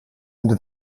into